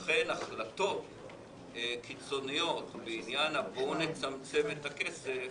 לכן החלטות קיצוניות בעניין "בוא נצמצם את הכסף",